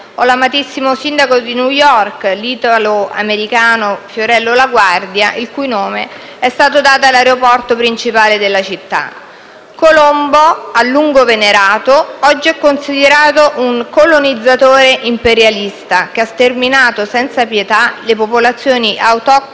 l'amatissimo sindaco di New York, l'italoamericano Fiorello La Guardia, il cui nome è stato dato all'aeroporto principale della Città. Colombo, a lungo venerato, oggi è considerato un colonizzatore imperialista, che ha sterminato senza pietà le popolazioni autoctone